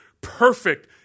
perfect